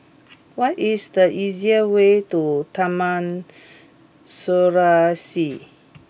what is the easiest way to Taman Serasi